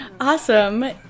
Awesome